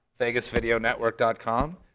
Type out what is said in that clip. VegasVideoNetwork.com